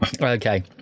okay